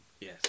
Yes